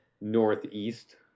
Northeast